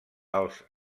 els